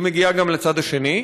היא מגיעה גם לצד השני.